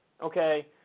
okay